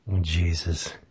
Jesus